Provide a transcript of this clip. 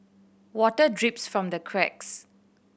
water drips from the cracks